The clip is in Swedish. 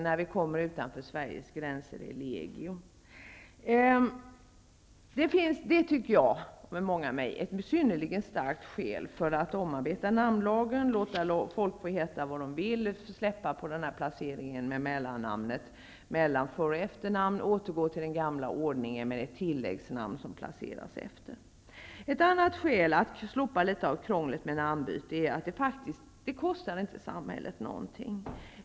När vi kommer utanför Sveriges gränser är förvirringen legio på grund av detta. Jag, och många med mig, tycker att det här är ett mycket starkt skäl för att omarbeta namnlagen och låta folk få heta vad de vill. Man bör släppa på regeln för placeringen av mellannamnet och återgå till den gamla ordningen med ett tilläggsnamn som placeras efter. Ett annat skäl för att slopa krånglet med namnbyte är att det faktiskt inte skulle kosta samhället någonting.